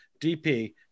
DP